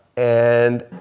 and